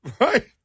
Right